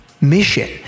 mission